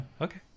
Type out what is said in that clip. Okay